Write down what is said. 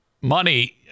money